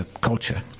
culture